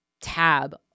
tab